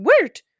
word